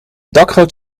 dakgoot